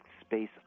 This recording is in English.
space